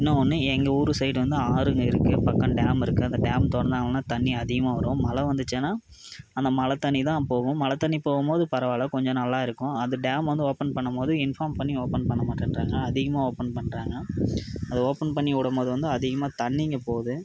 இன்னோ ஒன்று எங்கள் ஊர் சைடு வந்து ஆறுங்க இருக்கு பக்கம் டேம் இருக்கு டேம் திறந்தாங்கன்னா தண்ணி அதிகமாக வரும் மழை வந்துச்சின்னா அந்த மழை தண்ணிதான் போகும் மழை தண்ணி போகும்போது பரவாயில்லை கொஞ்சம் நல்லாயிருக்கும் அந்த டேம் வந்து ஓப்பன் பண்ணம்போது இன்ஃபார்ம் பண்ணி ஓப்பன் பண்ண மாட்டன்றாங்க அதிகமாக ஓப்பன் பண்ணுறாங்க அதை ஓப்பன் பண்ணி விடம்போது வந்து அதிகமாக தண்ணிங்க போது